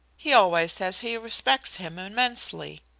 he always says he respects him immensely.